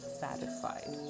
satisfied